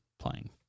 playing